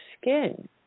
skin